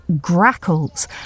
grackles